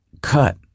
cut